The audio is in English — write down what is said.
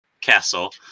castle